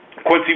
Quincy